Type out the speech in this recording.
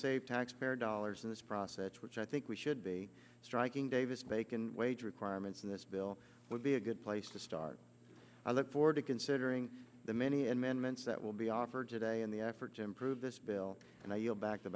save taxpayer dollars in this process which i think we should be striking davis bacon wage requirements in this bill would be a good place to start i look forward to considering the many and managements that will be offered today in the effort to improve this bill and i yield back t